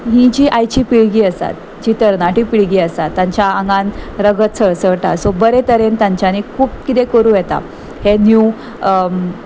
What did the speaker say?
ही जी आयची पिळगी आसात जी तरणाटी पिळगी आसात तांच्या आंगान रगत सळसळटा सो बरे तरेन तांच्यांनी खूब किदें करूं येता हें न्यीव